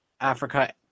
Africa